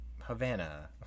havana